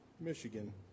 Michigan